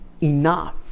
enough